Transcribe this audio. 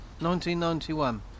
1991